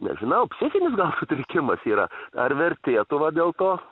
nežinau psichinis gal sutrikimas yra ar vertėtų va dėl to